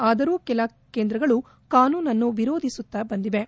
ಆದರೂ ಕೆಲ ಕೇಂದ್ರಗಳು ಕಾನೂನನ್ನು ವಿರೋಧಿಸುತ್ತಾ ಬಂದಿವೆ